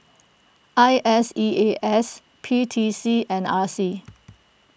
I S E A S P T C and R C